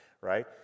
right